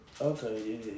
Okay